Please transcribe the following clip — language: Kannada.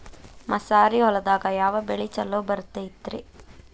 ಮಸಾರಿ ಹೊಲದಾಗ ಯಾವ ಬೆಳಿ ಛಲೋ ಬರತೈತ್ರೇ?